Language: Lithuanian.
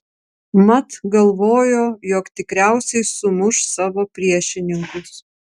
mat galvojo jog tikriausiai sumuš savo priešininkus